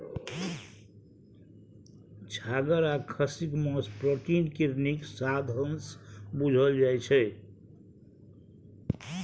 छागर आ खस्सीक मासु प्रोटीन केर नीक साधंश बुझल जाइ छै